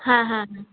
হ্যাঁ হ্যাঁ হ্যাঁ